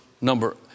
number